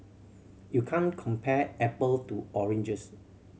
you can't compare apple to oranges